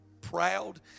proud